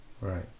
Right